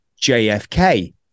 JFK